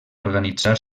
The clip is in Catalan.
organitzar